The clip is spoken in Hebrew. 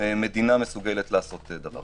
מדינה מסוגלת לעשות זאת.